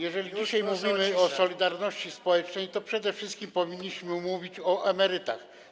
Jeżeli dzisiaj mówimy o solidarności społecznej, to przede wszystkim powinniśmy mówić o emerytach.